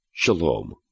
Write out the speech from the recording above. Shalom